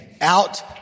out